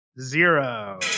Zero